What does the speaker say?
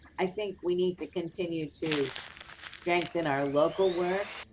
i think we need to continue to strengthen our local work,